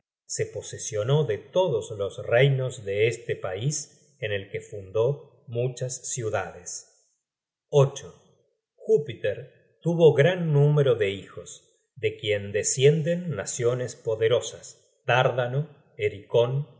se posesionó de todos los reinos de este pais en el que fundó muchas ciudades júpiter tuvo gran número de hijos de quien descienden naciones poderosas dárdano herikon trós llo